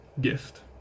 gift